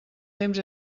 temps